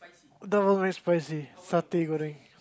that one very spicy satay Goreng